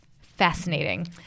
fascinating